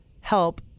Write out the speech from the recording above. help